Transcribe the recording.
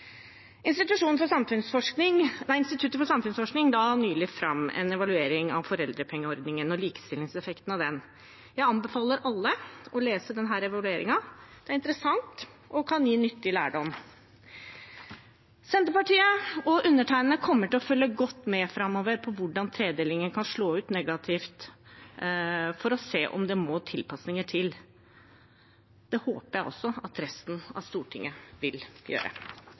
for samfunnsforskning la nylig fram en evaluering av foreldrepengeordningen og likestillingseffekten av den. Jeg anbefaler alle å lese den evalueringen. Det er interessant og kan gi nyttig lærdom. Senterpartiet – og undertegnede – kommer til å følge godt med framover på hvordan tredelingen kan slå ut negativt, for å se om det må tilpasninger til. Det håper jeg at resten av Stortinget også vil gjøre.